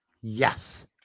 Yes